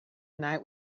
night